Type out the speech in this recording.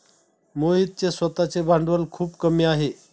मोहितचे स्वतःचे भांडवल खूप कमी आहे